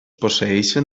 posseeixen